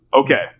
Okay